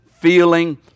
feeling